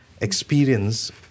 experience